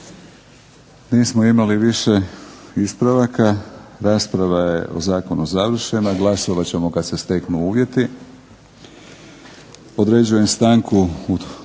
Nismo imali više ispravaka. Rasprava je o zakonu završena. Glasovat ćemo kad se steknu uvjeti. Određujem stanku